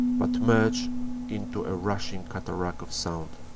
but merge into a rushing cataract of sound.